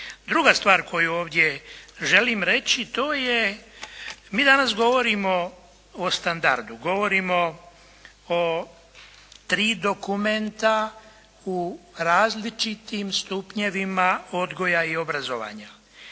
Druga stvar koju ovdje želim reći to je mi danas govorimo o standardu, govorimo o tri dokumenta u različitim stupnjevima odgoja i obrazovanja.